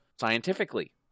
scientifically